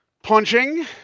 Punching